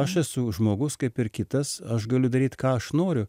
aš esu žmogus kaip ir kitas aš galiu daryt ką aš noriu